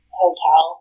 hotel